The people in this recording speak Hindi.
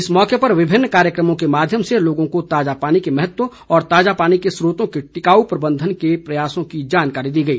इस अवसर पर विभिन्न कार्यक्रमों के माध्यम से लोगों को ताजा पानी के महत्व और ताजा पानी के स्रोतों के टिकाऊ प्रबंधन के प्रयासों की जानकारी दी गई